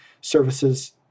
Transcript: services